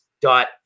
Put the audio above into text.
dot